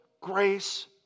grace